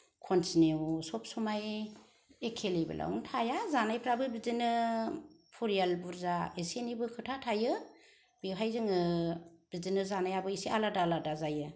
continue सब समाय एखे लेभेलावनो थाया जानायफ्राबो बिदिनो फरियाल बुरजा इसेनिबो खोथा थायो बेवहाय जोङो बिदिनो जानायाबो इसे आलादा आलादा जायो